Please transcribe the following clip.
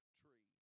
tree